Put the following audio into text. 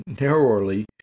narrowly